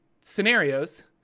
scenarios